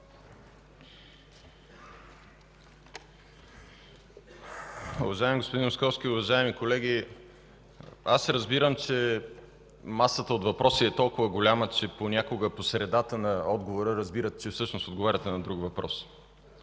Уважаеми господин Московски, уважаеми колеги! Разбирам, че масата от въпроси е толкова голяма, че понякога по средата на отговора разбирате, че всъщност отговаряте на друг въпрос.